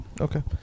Okay